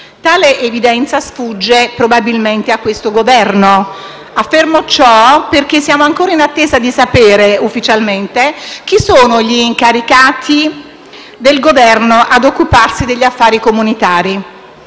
Tale evidenza sfugge probabilmente a questo Governo. Affermo ciò perché siamo ancora in attesa di sapere ufficialmente chi sono gli incaricati del Governo chiamati ad occuparsi degli affari comunitari.